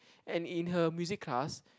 and in her music class